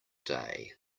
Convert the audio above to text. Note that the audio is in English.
day